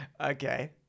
Okay